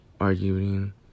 arguing